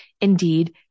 Indeed